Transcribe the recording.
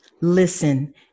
listen